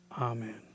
Amen